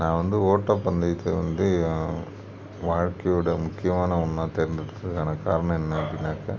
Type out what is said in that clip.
நான் வந்து ஓட்ட பந்தயத்தில் வந்து வாழ்க்கையோடய முக்கியமான ஒன்றா தேர்ந்தெடுத்ததுக்கான காரணம் என்ன அப்படினாக்கா